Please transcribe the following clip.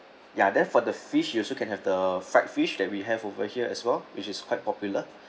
ya then for the fish you also can have the fried fish that we have over here as well which is quite popular